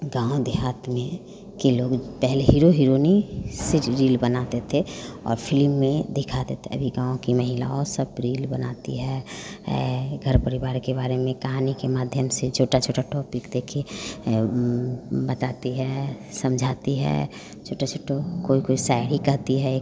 गाँव देहात में के लोग पहले हीरो हिरोइनी से रील्स बनाते थे और फ़िल्म में दिखाते थे अभी गाँव की महिलाओं सब रील्स बनाती है ये घर परिवार के बारे में कहानी के माध्यम से छोटा छोटा टॉपिक देखिए बताती है समझाती है छोटा छोटा कोई कोई शायरी करती है